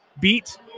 beat